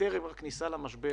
שטרם הכניסה למשבר